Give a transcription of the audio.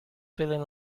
feeling